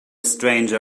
stranger